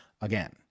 again